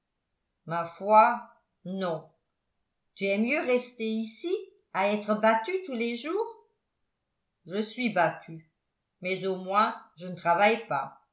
ma foi non tu aimes mieux rester ici à être battu tous les jours je suis battu mais au moins je ne travaille pas